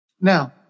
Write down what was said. Now